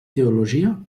teologia